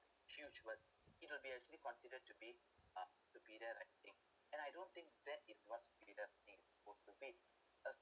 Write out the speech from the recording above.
huge word it will be actually consider to be ah superior writing and I don't think that is what superior writing is supposed to be a